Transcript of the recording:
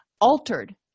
altered